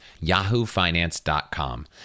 yahoofinance.com